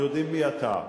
אנחנו יודעים מי אתה.